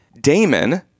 Damon